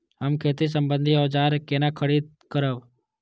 हम खेती सम्बन्धी औजार केना खरीद करब?